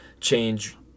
change